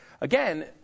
again